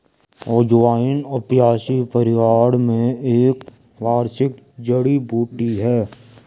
अजवाइन अपियासी परिवार में एक वार्षिक जड़ी बूटी है